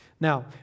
Now